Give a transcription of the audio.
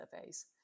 surveys